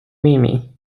mimi